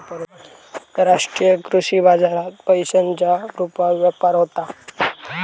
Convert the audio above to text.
राष्ट्रीय कृषी बाजारात पैशांच्या रुपात व्यापार होता